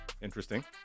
Interesting